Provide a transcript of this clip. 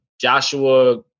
Joshua